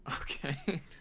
Okay